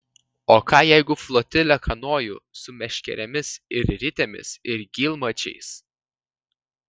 o ką jeigu flotilę kanojų su meškerėmis ir ritėmis ir gylmačiais